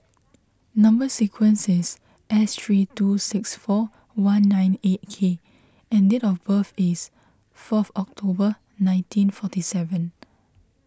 Number Sequence is S three two six four one nine eight K and date of birth is fourth October nineteen forty seven